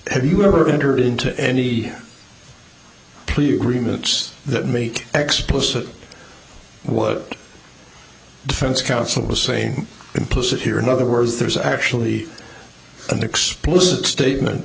have you heard enter into any plea agreements that make explicit what defense counsel the same implicit here in other words there's actually an explicit statement